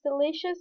delicious